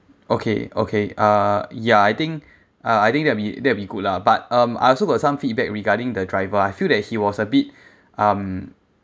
okay okay uh ya I think uh I think that'll be that'll be good lah but um I also got some feedback regarding the driver I feel that he was a bit um